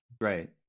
Right